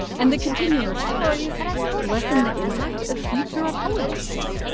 and the continual sorrys lessen the impact of future apologies.